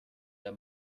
der